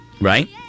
Right